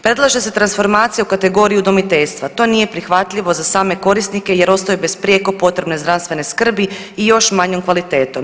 Predlaže se transformacija u kategoriji udomiteljstva, to nije prihvatljivo za same korisnike jer ostaju bez prijeko potrebne zdravstvene skrbi i još manjom kvalitetom.